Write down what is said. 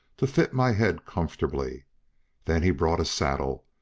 to fit my head comfortably then he brought a saddle,